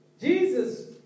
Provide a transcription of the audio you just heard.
Jesus